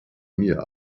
mir